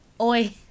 Oi